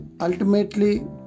ultimately